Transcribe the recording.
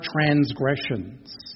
transgressions